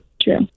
True